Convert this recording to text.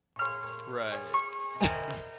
right